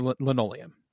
linoleum